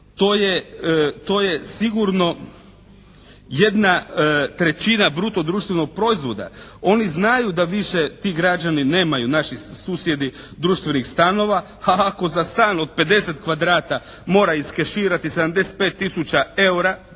to je sigurno jedna trećina bruto društvenog proizvoda. Oni znaju da više ti građani nemaju, naši susjedi društvenih stanova, a ako za stan od 50 kvadrata mora iskeširati 75 tisuća EUR-a